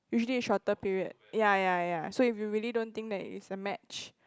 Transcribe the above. usually a shorter period yeah yeah yeah so if you really don't think that it's a match